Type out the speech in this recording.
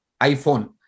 iPhone